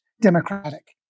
democratic